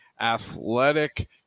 Athletic